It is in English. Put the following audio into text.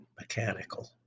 mechanical